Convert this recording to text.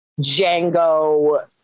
Django